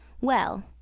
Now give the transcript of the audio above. Well